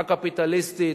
הקפיטליסטית,